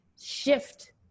shift